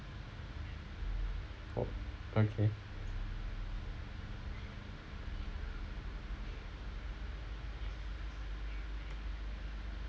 oh okay